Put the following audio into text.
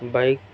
bike